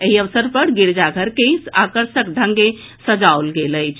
एहि अवसर पर गिरिजाघर के आकर्षक ढंग सँ सजाओल गेल अछि